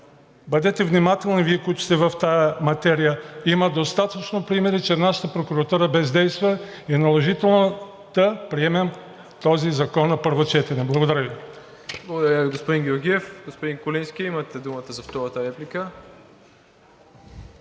Бъдете внимателни Вие, които сте в тази материя. Има достатъчно примери, че нашата прокуратура бездейства, и е наложително да приемем този закон на първо четене. Благодаря Ви. ПРЕДСЕДАТЕЛ МИРОСЛАВ ИВАНОВ: Благодаря Ви, господин Георгиев. Господин Куленски, имате думата за втората реплика.